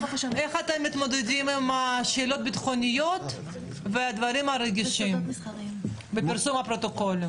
איך אתם מתמודדים עם שאלות ביטחוניות ודברים רגישים בפרסום הפרוטוקולים?